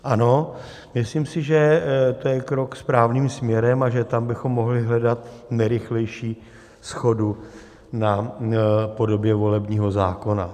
Ano, myslím si, že to je krok správným směrem a že tam bychom mohli hledat nejrychlejší shodu na podobě volebního zákona.